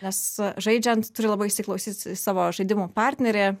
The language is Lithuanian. nes žaidžiant turi labai įsiklausyt į savo žaidimų partnerę